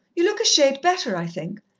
you look a shade better, i think.